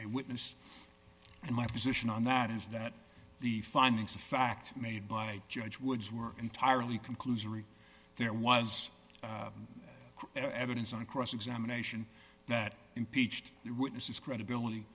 a witness and my position on that is that the findings of fact made by judge woods were entirely conclusory there was evidence on cross examination that impeached the witnesses credibility